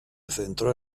centró